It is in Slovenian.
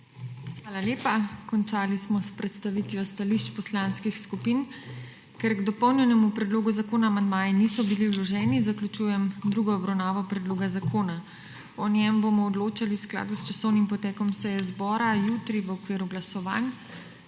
Hvala lepa. Končali smo s predstavitvijo stališč poslanskih skupin. Ker k dopolnjenemu predlogu zakona amandmaji niso bili vloženi, zaključujem drugo obravnavo predloga zakona. O njem bomo odločali v skladu s časovnim potekom seje Državnega zbora jutri v okviru glasovanj.